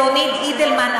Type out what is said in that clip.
ליאוניד אידלמן,